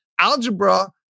Algebra